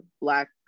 Black